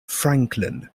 franklin